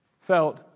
felt